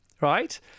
right